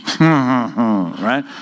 Right